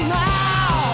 now